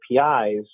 APIs